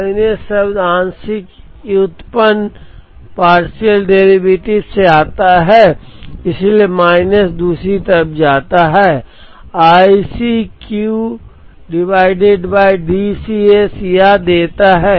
minus शब्द आंशिक व्युत्पन्न से आता हैं इसलिए माइनस दूसरी तरफ जाता है I i C Q D C s यह देता है